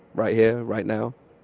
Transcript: right here, right now?